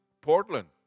Portland